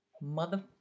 mother